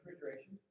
refrigeration